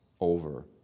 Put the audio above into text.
over